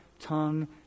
tongue